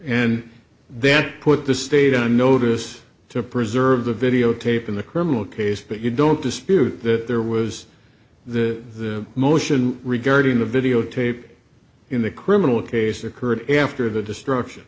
and then put the state on notice to preserve the videotape in the criminal case but you don't dispute that there was the motion regarding the videotape in the criminal case occurred after the destruction